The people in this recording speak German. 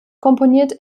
komponierte